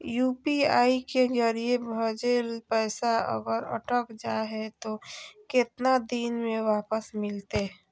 UPI के जरिए भजेल पैसा अगर अटक जा है तो कितना दिन में वापस मिलते?